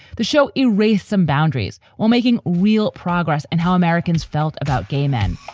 the show erased some boundaries while making real progress and how americans felt about gay men